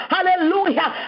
Hallelujah